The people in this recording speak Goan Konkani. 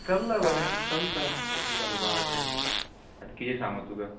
चललां बरें चलता कशें चलपा आहा तें आतां किदें सांगू तुका